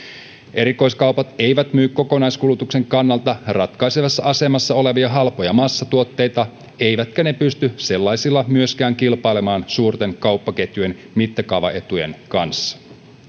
erikoiskaupat eivät myy kokonaiskulutuksen kannalta ratkaisevassa asemassa olevia halpoja massatuotteita eivätkä ne pysty sellaisilla myöskään kilpailemaan suurten kauppaketjujen mittakaavaetujen kanssa